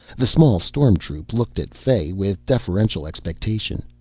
the small storm troop looked at fay with deferential expectation.